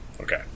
Okay